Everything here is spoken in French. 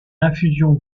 infusion